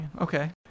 Okay